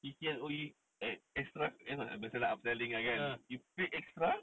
you can only extra biasa lah upselling ah kan you pay extra